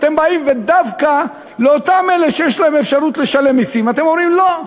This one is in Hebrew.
אתם באים ודווקא לאותם אלה שיש להם אפשרות לשלם מסים אתם אומרים: לא,